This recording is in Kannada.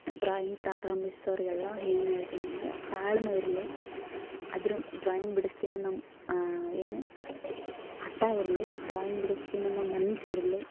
ಡ್ರಾಯಿಂಗ್ ಪ್ರಾರಂಭಿಸೋರ್ಗೆಲ್ಲ ಏನು ಹೇಳ್ತೀನೆಂದ್ರೆ ತಾಳ್ಮೆ ಇರಲಿ ಅದ್ರ ಡ್ರಾಯಿಂಗ್ ಬಿಡಿಸ್ತೀನನ್ನೋ ಏನು ಹಠ ಇರಲಿ ಡ್ರಾಯಿಂಗ್ ಬಿಡಿಸ್ತೀನನ್ನೋ ಮನ್ಸು ಇರಲಿ